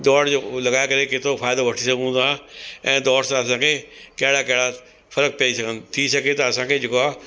दौड़ जो लॻाए करे केतिरो फ़ाइदो वठी सघूं था ऐं दौड़ सां असांखे कहिड़ा कहिड़ा फ़र्क़ पई सघनि थी सघे त असांखे जेको आहे